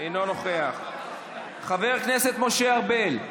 אינו נוכח, חבר הכנסת משה ארבל,